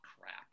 crap